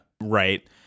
Right